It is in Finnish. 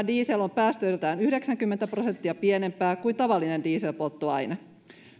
diesel on päästöiltään yhdeksänkymmentä prosenttia pienempi kuin tavallinen dieselpolttoaine